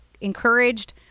Encouraged